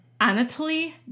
Anatoly